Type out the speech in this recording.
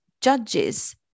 judges